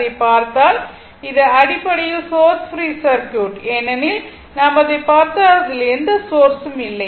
அதைப் பார்த்தால் இது அடிப்படையில் சோர்ஸ் பிரீ சர்க்யூட் ஏனெனில் நாம் அதைப் பார்த்தால் அதில் எந்த சோர்ஸ் ம் இல்லை